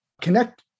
Connect